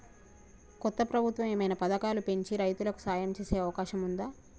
కొత్త ప్రభుత్వం ఏమైనా పథకాలు పెంచి రైతులకు సాయం చేసే అవకాశం ఉందా?